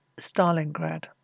Stalingrad